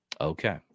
okay